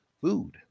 food